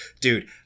dude